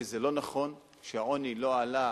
כי זה לא נכון שהעוני לא עלה,